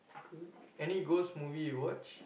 good any ghost movie you watch